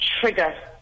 trigger